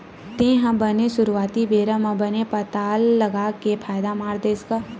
तेहा बने सुरुवाती बेरा म बने पताल लगा के फायदा मार देस गा?